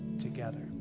together